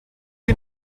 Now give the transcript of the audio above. you